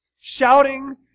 shouting